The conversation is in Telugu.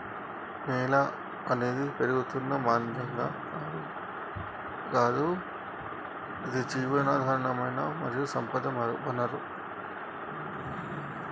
నేల అనేది పెరుగుతున్న మాధ్యమం గాదు ఇది జీవధారమైన మరియు సంపద వనరు